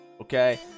okay